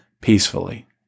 peacefully